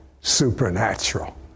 supernatural